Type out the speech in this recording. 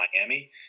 Miami